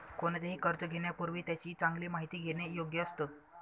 कोणतेही कर्ज घेण्यापूर्वी त्याची चांगली माहिती घेणे योग्य असतं